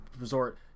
resort